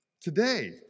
Today